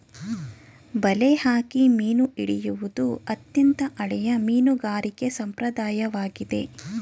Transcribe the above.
ಬಲೆ ಹಾಕಿ ಮೀನು ಹಿಡಿಯುವುದು ಅತ್ಯಂತ ಹಳೆಯ ಮೀನುಗಾರಿಕೆ ಸಂಪ್ರದಾಯವಾಗಿದೆ